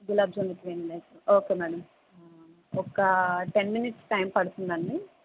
gulab jamun with vanilla ice cream okay madam ఒక ten minutes time పడుతుందండి